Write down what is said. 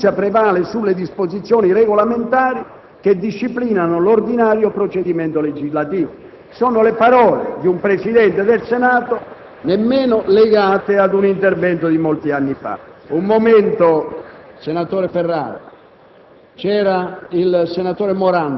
Conseguentemente, la fiducia prevale sulle disposizioni regolamentari che disciplinano l'ordinario procedimento legislativo». Sono le parole di un Presidente del Senato, nemmeno legate ad un intervento di molti anni fa. *(Commenti dai Gruppi